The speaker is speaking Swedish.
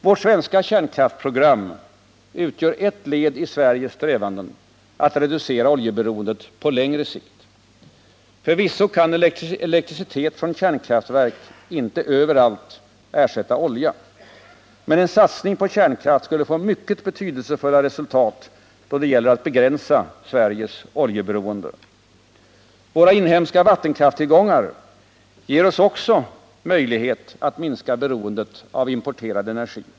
Vårt svenska kärnkraftsprogram utgör ett led i Sveriges strävanden att reducera oljeberoendet på längre sikt. Förvisso kan elektricitet från kärnkraftverk inte överallt ersätta olja. Men en satsning på kärnkraft skulle få mycket betydelsefulla resultat då det gäller att begränsa Sveriges oljeberoende. Våra inhemska vattenkrafttillgångar ger oss också möjlighet att minska beroendet av importerad energi.